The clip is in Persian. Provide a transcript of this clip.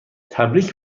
تبریک